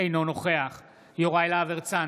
אינו נוכח יוראי להב הרצנו,